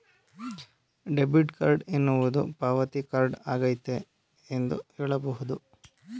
debit card ಎನ್ನುವುದು ಪಾವತಿ card ಆಗೈತೆ ಎಂದು ಹೇಳಬಹುದು